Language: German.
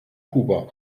kuba